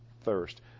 thirst